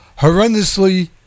horrendously